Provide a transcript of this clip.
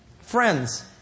Friends